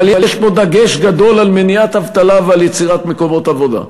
אבל יש פה דגש גדול על מניעת אבטלה ועל יצירת מקומות עבודה,